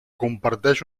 comparteix